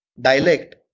dialect